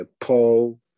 paul